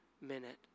minute